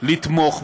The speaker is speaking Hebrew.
לתמוך בה,